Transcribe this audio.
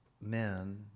men